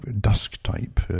dusk-type